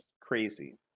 crazy